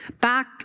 back